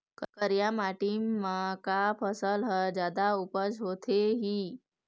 करिया माटी म का फसल हर जादा उपज होथे ही?